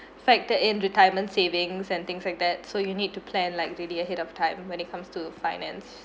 factor in retirement savings and things like that so you need to plan like really ahead of time when it comes to finance